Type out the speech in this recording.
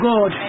God